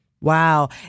Wow